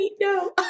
no